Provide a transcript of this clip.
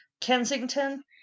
Kensington